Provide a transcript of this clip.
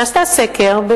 שעשתה סקר.